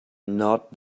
not